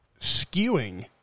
skewing